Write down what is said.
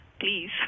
please